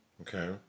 Okay